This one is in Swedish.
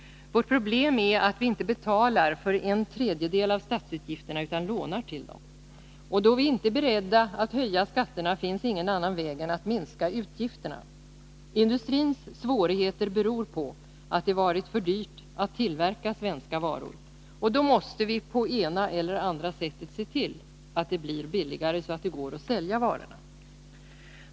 Vårt problem är att vi inte betalar för en tredjedel av statsutgifterna utan lånar till dem. Då vi inte är beredda att höja skatterna finns ingen annan väg än att minska utgifterna. Industrins svårigheter beror på att det varit för dyrt att tillverka svenska varor. Då måste vi på ena eller andra sättet se till att det blir billigare, så att det går att sälja varorna.